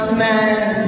man